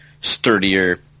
sturdier